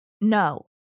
No